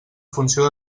funció